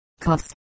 cuffs